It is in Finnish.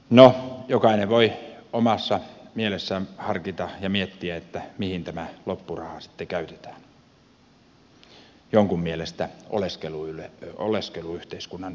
no jokainen voi omassa mielessään harkita ja miettiä mihin tämä loppuraha sitten käytetään jonkun mielestä oleskeluyhteiskunnan ylläpitämiseen